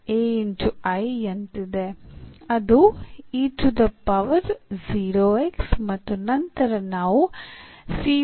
ಅದು ಮತ್ತು ನಂತರ ನಾವು ಅನ್ನು ಹೊಂದಿದ್ದೇವೆ